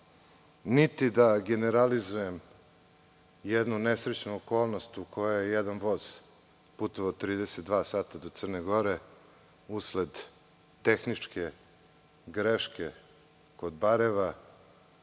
niti da generalizujem jednu nesrećnu okolnost u kojoj je jedan voz putovao 32 sata do Crne Gore usled tehničke greške kod Barajeva.